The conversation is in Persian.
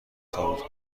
ثابت